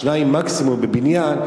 שניים מקסימום בבניין,